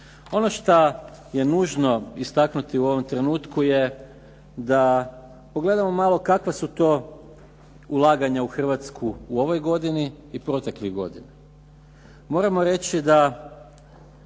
Ono što je nužno istaknuti u ovom trenutku je da pogledamo malo kakva su to ulaganja u Hrvatsku u ovoj godini i proteklih godina. Moramo reći da